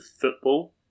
football